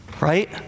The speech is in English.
Right